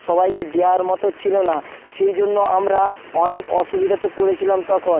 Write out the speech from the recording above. সবাইকে দেওয়ার মতো ছিল না সেই জন্য আমরা অনেক অসুবিধাতে পড়েছিলাম তখন